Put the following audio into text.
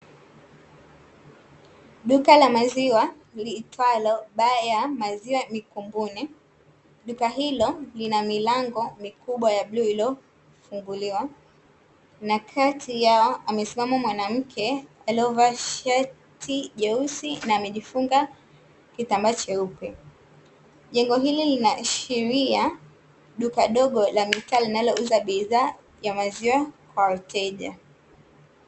Duka la maziwa liitwalo "baa ya maziwa mikumbune", duka hilo lina milango mikubwa ya bluu iliyofunguliwa na kati yao amesimama mwanamke, aliovaa shati jeusi na amejifunga kitambaa cheupe, jengo hili linaashiria duka dogo la mitaa linalouza bidhaa, ya maziwa kwa wateja.